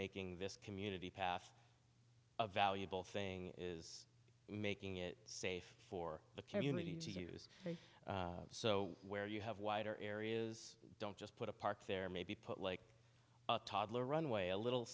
making this community path a valuable thing is making it safe for the community to use it so where you have wider areas don't just put a park there maybe put like a toddler runway a little